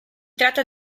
tratta